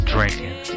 Drinking